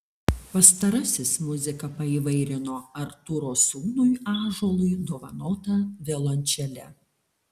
pastarasis muziką paįvairino artūro sūnui ąžuolui dovanota violončele